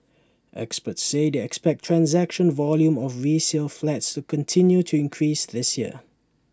experts say they expect transaction volume of resale flats to continue to increase this year